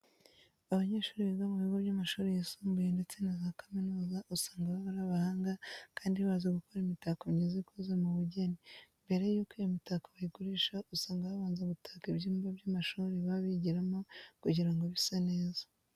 Abanyeshuri biga mu bigo by'amashuri yisumbuye ndetse na za kaminuza usanga baba ari abahanga kandi bazi gukora imitako myiza ikoze mu bugeni. Mbere yuko iyi mitako bayigurisha usanga babanza gutaka ibyumba by'amashuri baba bigiramo kugira ngo bise neza.